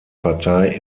partei